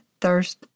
thirst